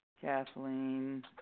Kathleen